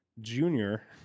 Junior